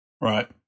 Right